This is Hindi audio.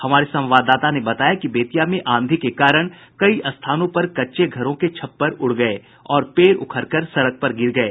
हमारे संवाददाता ने बताया कि बेतिया में आंधी के कारण कई स्थानों पर कच्चे घरों के छप्पर उड़ गये और पेड़ उखड़कर सडक पर गिर गये